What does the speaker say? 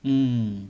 mm